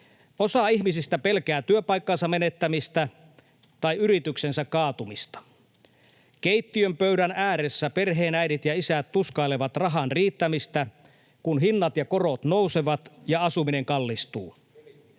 Osa ihmisistä pelkää työpaikkansa menettämistä tai yrityksensä kaatumista. Keittiönpöydän ääressä perheenäidit ja ‑isät tuskailevat rahan riittämistä, kun hinnat ja korot nousevat ja asuminen kallistuu.